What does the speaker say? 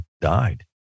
died